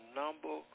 number